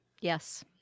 yes